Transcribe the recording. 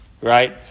right